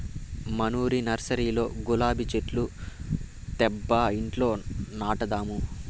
మనూరి నర్సరీలో గులాబీ చెట్లు తేబ్బా ఇంట్ల నాటదాము